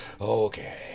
okay